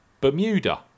Bermuda